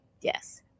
Yes